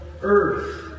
earth